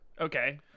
Okay